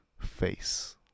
face